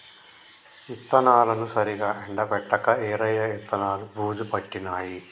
విత్తనాలను సరిగా ఎండపెట్టక ఈరయ్య విత్తనాలు బూజు పట్టినాయి